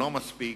לא מספיק,